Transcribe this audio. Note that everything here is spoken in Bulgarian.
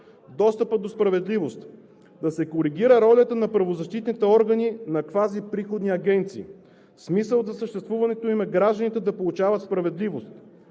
Достъпът до справедливост. Да се коригира ролята на правозащитните органи на квази приходни агенции. Смисълът за съществуването им е гражданите да получават справедливост